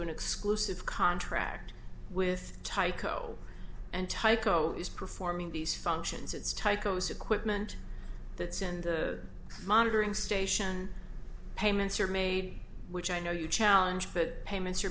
an exclusive contract with tyco and tyco is performing these functions it's tycho's equipment that's in the monitoring station payments are made which i know you challenge but payments are